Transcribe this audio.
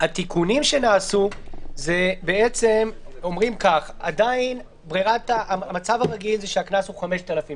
התיקונים שנעשו אומרים שהמצב הרגיל זה שהקנס הוא 5,000 שקל.